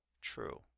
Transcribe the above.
True